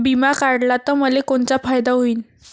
बिमा काढला त मले कोनचा फायदा होईन?